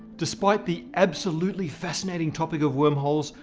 despite the absolutely fascinating topic of wormholes,